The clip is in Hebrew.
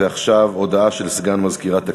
עכשיו הודעה של סגן מזכירת הכנסת.